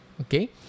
Okay